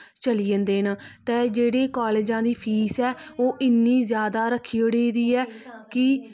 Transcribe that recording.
चली जंदे न ते जेह्ड़ी कालजां दी फीस ऐ ओह् इन्नी ज्यादा रक्खी ओड़ी दी ऐ कि